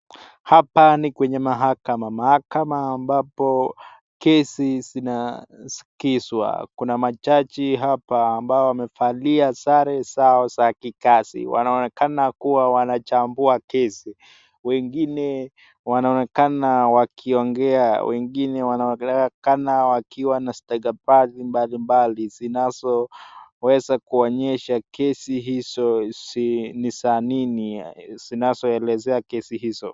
Hapa ni kwenye mahakama mahakama kama ambapo kesi zinasikishwa kuna majaji hapa ambao wamevalia sare zao za kikaza wanaonekana kuwa wanajambua kezi wengine wanaonekana wakiongea wengine wanongea wanaonekana wastabakati mbalimbali , zinazoweza kuonyesha kezi hizo ni za nini zinazoelezea kesi hizo.